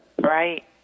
right